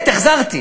החזרתי.